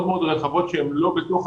לא,